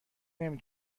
نمی